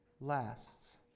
lasts